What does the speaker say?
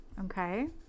Okay